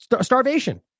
starvation